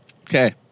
Okay